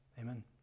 Amen